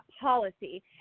policy